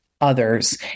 others